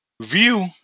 view